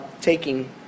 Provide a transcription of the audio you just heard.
taking